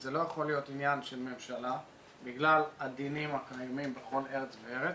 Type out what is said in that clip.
זה לא יכול להיות עניין של ממשלה בגלל הדינים הקיימים בכל ארץ וארץ,